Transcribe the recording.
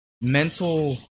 mental